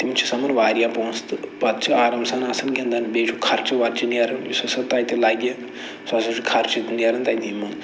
تِم چھِ سَمان واریاہ پونٛسہٕ تہٕ پَتہٕ چھِ آرام سان آسان گِندان بیٚیہِ چھُ خرچہٕ ورچہٕ چھِ نٮ۪ران یُس ہسا تَتہِ لَگہِ سُہ ہسا چھُ خرچہِ تہِ نٮ۪ران تَتہِ یِمَن